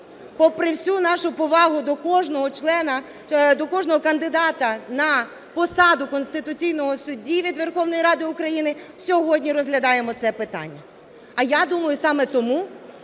попри всю нашу повагу до кожного члена, до кожного кандидата на посаду конституційного судді від Верховної Ради України сьогодні розглядаємо це питання. А я думаю, саме тому,